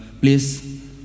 Please